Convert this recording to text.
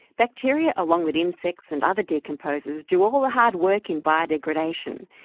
bacteria, along with insects and other decomposers, do all the hard work in biodegradation.